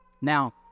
Now